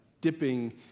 dipping